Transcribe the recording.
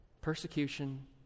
Persecution